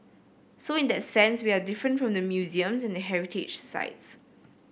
so in that sense we are different from the museums and the heritage sites